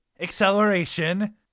acceleration